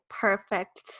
perfect